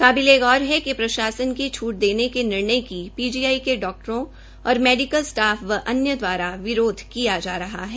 काबिलेगौर है प्रशासन के छूट देने के निर्णय की पीजीआई के डाक्टरों और मेडीकल स्टाफ व अन्य द्वारा विरोध किया जा रहा है